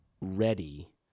ready